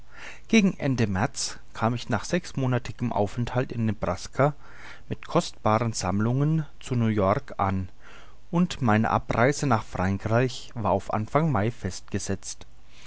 gegen ende märz kam ich nach sechsmonatlichem aufenthalt in nebraska mit kostbaren sammlungen zu new-york an und meine abreise nach frankreich war auf anfang mai festgesetzt